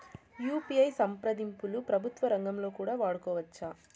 UPI సంప్రదింపులు ప్రభుత్వ రంగంలో కూడా వాడుకోవచ్చా?